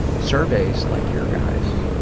surveys like your guys',